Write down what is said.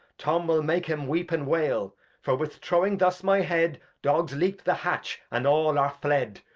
tom will make em weep and wail for with throwing thus my head, dogs leap the hatch, and all are fled.